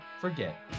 forget